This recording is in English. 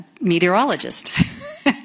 meteorologist